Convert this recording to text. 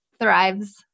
thrives